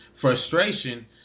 frustration